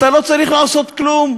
אתה לא צריך לעשות כלום.